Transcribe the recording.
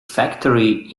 factory